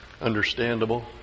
understandable